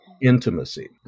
intimacy